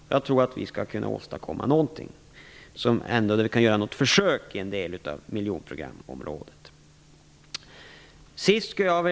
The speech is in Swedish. Jag tror vi skall kunna åstadkomma någonting. Vi kan åtminstone göra försök i en del av miljonprogramområdet.